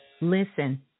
Listen